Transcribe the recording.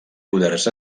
poders